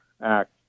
act